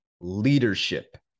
leadership